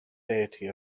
deity